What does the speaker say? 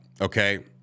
okay